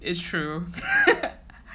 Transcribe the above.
it's true